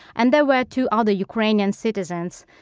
and there were two other ukrainian citizens.